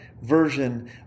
Version